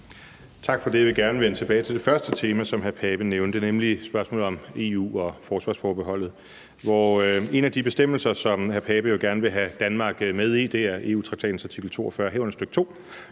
Tak for det. Jeg vil gerne vende tilbage til det første tema, som hr. Søren Pape Poulsen nævnte, nemlig spørgsmålet om EU og forsvarsforbeholdet. En af de bestemmelser, som hr. Søren Pape Poulsen gerne vil have Danmark med i, er EU-traktatens artikel 42,